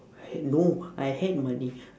h~ no I had money